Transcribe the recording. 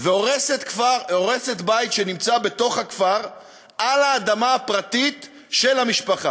והורסת בית שנמצא בתוך הכפר על האדמה הפרטית של המשפחה,